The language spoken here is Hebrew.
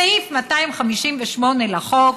סעיף 258 לחוק